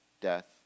death